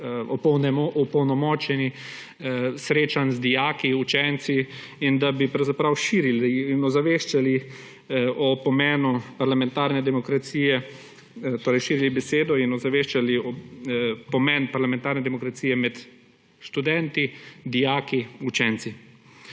opolnomočeni srečanj z dijaki, učenci in da bi pravzaprav širili in ozaveščali o pomenu parlamentarne demokracije, torej širili besedo in ozaveščali pomen parlamentarne demokracije med študenti, dijaki, učenci.